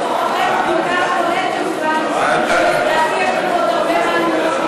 לדעתי יש לנו עוד הרבה מה ללמוד מכם.